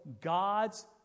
God's